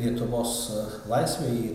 lietuvos laisvę į